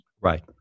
Right